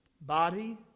Body